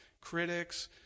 critics